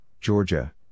Georgia